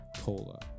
Cola